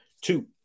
Two